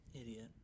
idiot